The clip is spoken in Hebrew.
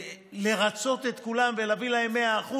לרצות את כולם ולהביא להם 100%,